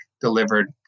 delivered